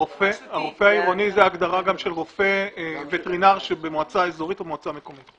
הרופא העירוני הוא רופא וטרינר שבמועצה אזורית או במועצה מקומית.